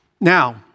Now